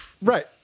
Right